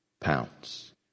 pounds